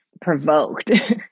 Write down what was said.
provoked